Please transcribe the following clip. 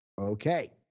Okay